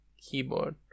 keyboard